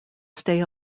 stay